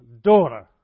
daughter